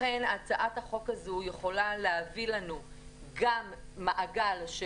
הצעת החוק הזאת יכולה להביא לנו גם מעגל של